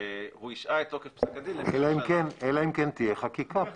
הוא השעה את תוקף פסק הדין --- אלא אם כן תהיה חקיקה פה.